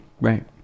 Right